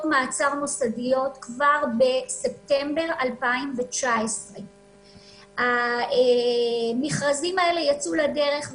מעצר מוסדיות כבר בספטמבר 2019. המכרזים האלה יצאו לדרך,